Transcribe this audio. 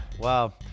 wow